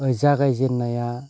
जागायजेननाया